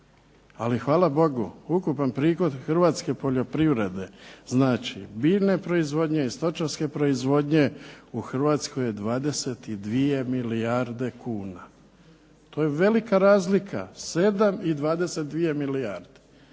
ali hvala Bogu ukupan prihod hrvatske poljoprivrede, znači biljne proizvodnje i stočarske proizvodnje u Hrvatskoj je 22 milijarde kuna. To je velika razlika, 7 i 22 milijarde.